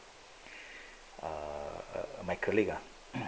err my colleague ah